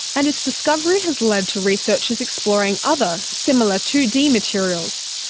and its discovery has led to researchers exploring other similar two d materials.